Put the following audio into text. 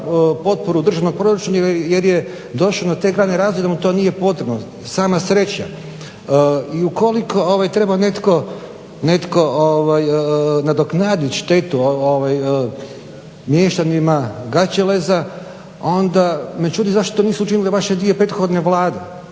potporu državnog proračuna jer je došao na te grane … da mu to nije potrebno, sama sreća. I ukoliko netko treba nadoknaditi štetu mještanima Gaćeleza onda me čudi zašto to nisu učinile vaše dvije prethodne vlade